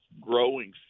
growing